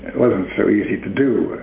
wasn't so easy to do.